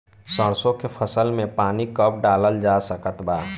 सरसों के फसल में पानी कब डालल जा सकत बा?